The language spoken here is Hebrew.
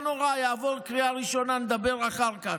לא נורא, יעבור קריאה ראשונה, נדבר אחר כך.